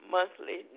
Monthly